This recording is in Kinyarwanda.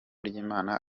ry’imana